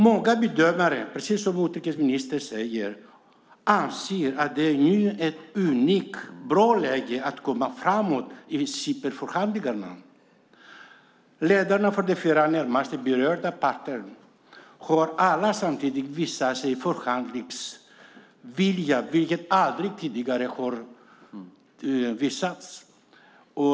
Många bedömare anser, precis som utrikesministern säger, att det nu är ett unikt bra läge att komma framåt i Cypernförhandlingarna. Ledarna för de fyra närmast berörda parterna har alla samtidigt visat förhandlingsvilja, vilken aldrig tidigare har visats.